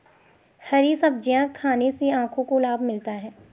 हरी सब्जियाँ खाने से आँखों को लाभ मिलता है